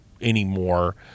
anymore